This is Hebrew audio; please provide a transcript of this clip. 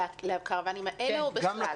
לקרוואנים האלו או בכלל?